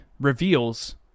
reveals